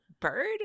bird